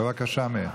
בבקשה, מאיר,